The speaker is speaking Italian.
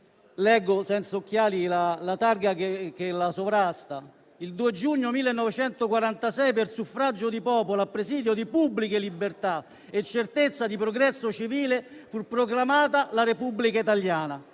Leggo la targa che la sovrasta: «Il 2 giugno 1946 per suffragio di popolo a presidio di pubbliche libertà e certezza di progresso civile fu proclamata la Repubblica Italiana».